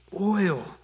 oil